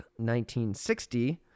1960